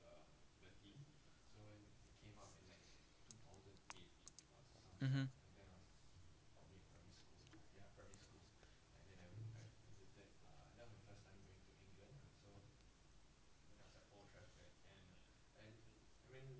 mmhmm